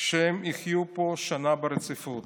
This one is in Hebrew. שהם יחיו פה שנה ברציפות,